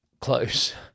close